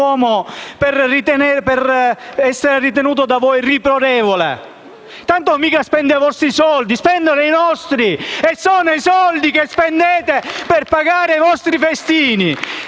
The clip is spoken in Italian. per essere ritenuto da voi riprovevole? Tanto mica spende soldi vostri, ma i nostri e sono soldi che spendete per pagare i vostri festini!